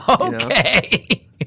Okay